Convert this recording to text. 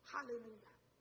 Hallelujah